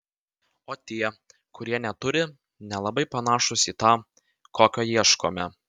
o tie kurie neturi nelabai panašūs į tą kokio ieškome